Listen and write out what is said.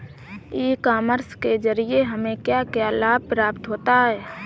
E commerce के ज़रिए हमें क्या क्या लाभ प्राप्त होता है?